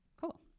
Cool